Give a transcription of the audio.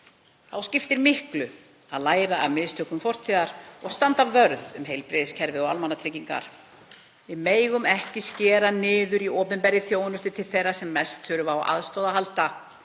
Þá skiptir miklu að læra af mistökum fortíðarinnar og standa vörð um heilbrigðiskerfið og almannatryggingar. Við megum ekki skera niður í opinberri þjónustu til þeirra sem mest þurfa á aðstoð að halda.